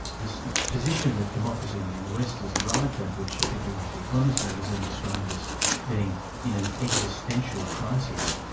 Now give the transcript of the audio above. this position that democracy in the west has arrived at, which people like the economist magazine describe as being in an existential crisis,